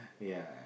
ya